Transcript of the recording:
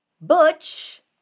Butch